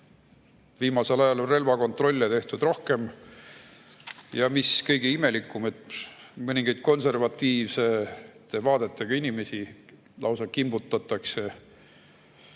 Viimasel ajal on relvakontrolle tehtud rohkem. Ja mis kõige imelikum: mõningaid konservatiivsete vaadetega inimesi lausa kimbutatakse